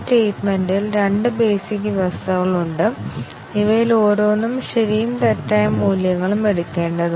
രണ്ടാമത്തെ ടെസ്റ്റ് കേസിൽ രണ്ട് ടെസ്റ്റ് കേസുകളുള്ള രണ്ടാമത്തെ എക്സ്പ്രഷനും ശരിയും തെറ്റും മൂല്യങ്ങൾ എടുക്കുന്നു